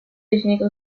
definito